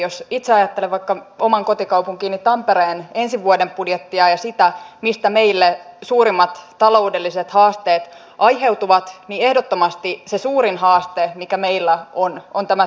jos itse ajattelen vaikka oman kotikaupunkini tampereen ensi vuoden budjettia ja sitä mistä meille suurimmat taloudelliset haasteet aiheutuvat niin ehdottomasti se suurin haaste mikä meillä on on tämä työllisyystilanne